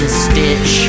stitch